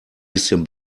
bisschen